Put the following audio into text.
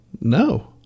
No